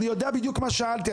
אני יודע בדיוק מה שאלתי.